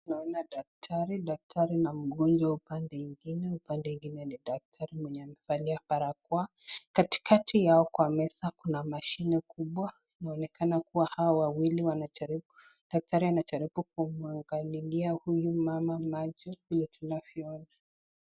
Tunaona daktari, daktari na mgonjwa upande ingine, upande ingine ni daktari mwenye amevalia barakoa. Katikati yao kwa meza kuna mashine kubwa, inaonekana kuwa wawili wanajaribu. Daktari anajaribu kumwangalilia huyu mama macho vile tunavyoona.